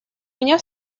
меня